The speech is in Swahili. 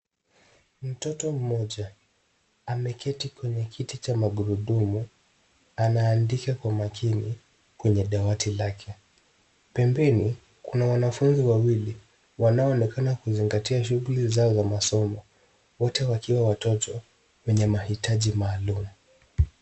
Mtoto mmoja ameketi kwenye kiti cha magurudumu anaandika kwa makini kwenye dawati lake. Pembeni kuna wanafunzi wawili wanaoonekana kuzingatia shughuli zao za masomo wote wakiwa watoto wenye mahitaji maalum.